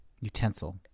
Utensil